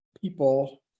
people